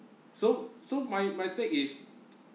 so so my my take is